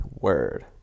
Word